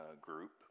group